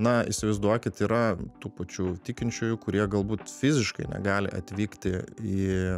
na įsivaizduokit yra tų pačių tikinčiųjų kurie galbūt fiziškai negali atvykti į